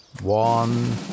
One